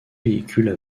véhicules